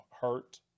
hurt